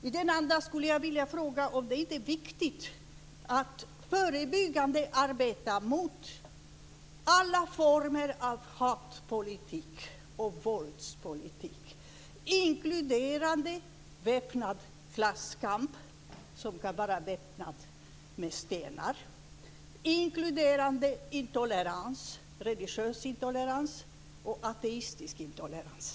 I den andan skulle jag vilja fråga om det inte är viktigt att förebyggande arbeta mot alla former av hatpolitik och våldspolitik, inkluderande väpnad klasskamp, som kan vara väpnad med stenar, inkluderande religiös intolerans och ateistisk intolerans?